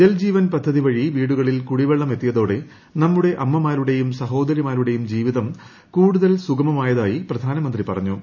ജൽ ജീവൻ പദ്ധതി വഴി വീടുകളിൽ കുടിവെള്ളം എത്തിയതോടെ അമ്മമാരുടെയും നമ്മുടെ സഹോദരിമാരുടെയും ജീവിതം കൂടുതൽ സുഗമമായതായി പ്രധാനമന്ത്രി പറഞ്ഞു